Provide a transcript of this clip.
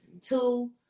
Two